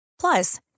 Plus